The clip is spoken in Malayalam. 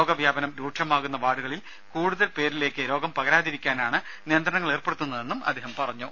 രോഗവ്യാപനം രൂക്ഷമാകുന്ന വാർഡുകളിൽ കൂടുതൽ പേരിലേക്ക് രോഗം പകരാതിരിക്കാനാണ് നിയന്ത്രണങ്ങൾ ഏർപ്പെടുത്തുന്നതെന്നും അദ്ദേഹം പറഞ്ഞു